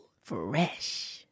Fresh